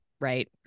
Right